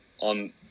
on